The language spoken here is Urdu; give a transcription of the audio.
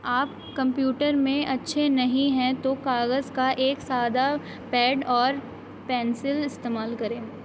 آپ کمپیوٹر میں اچھے نہیں ہیں تو کاغذ کا ایک سادہ پیڈ اور پینسل استعمال کریں